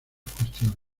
cuestiones